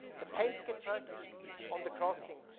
the penske truck on the crossing,